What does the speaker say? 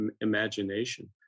imagination